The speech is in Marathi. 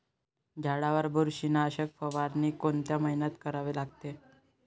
झाडावर बुरशीनाशक फवारनी कोनच्या मइन्यात करा लागते?